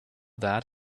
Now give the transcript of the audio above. that